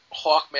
Hawkman